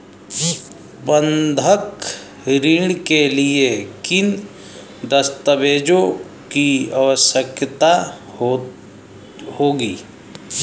बंधक ऋण के लिए किन दस्तावेज़ों की आवश्यकता होगी?